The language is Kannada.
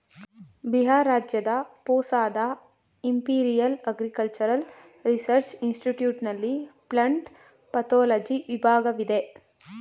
ಬಿಹಾರ್ ರಾಜ್ಯದ ಪೂಸಾದ ಇಂಪಿರಿಯಲ್ ಅಗ್ರಿಕಲ್ಚರಲ್ ರಿಸರ್ಚ್ ಇನ್ಸ್ಟಿಟ್ಯೂಟ್ ನಲ್ಲಿ ಪ್ಲಂಟ್ ಪತೋಲಜಿ ವಿಭಾಗವಿದೆ